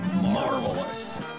marvelous